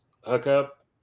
hookup